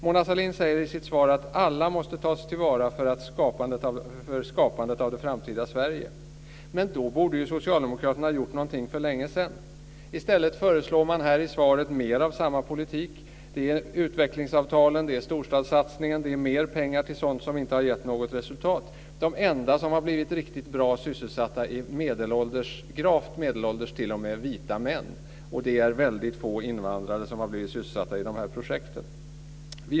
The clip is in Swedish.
Mona Sahlin säger i sitt svar att alla måste tas till vara för skapandet av det framtida Sverige. Men då borde ju socialdemokraterna ha gjort någonting för länge sedan. I stället föreslår man i svaret mer av samma politik. Det är utvecklingsavtalen, det är storstadssatsningen och det är mer pengar till sådant som inte har gett något resultat. De enda som har blivit riktigt bra sysselsatta är gravt medelålders vita män. Det är väldigt få invandrare som har blivit sysselsatta genom de här projekten.